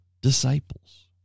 disciples